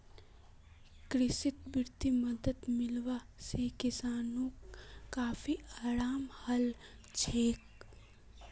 कृषित वित्तीय मदद मिलवा से किसानोंक काफी अराम हलछोक